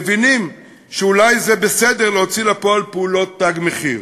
מבינים שאולי זה בסדר להוציא לפועל פעולות "תג מחיר".